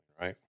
right